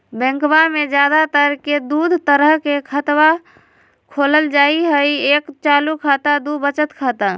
बैंकवा मे ज्यादा तर के दूध तरह के खातवा खोलल जाय हई एक चालू खाता दू वचत खाता